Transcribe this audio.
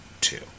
two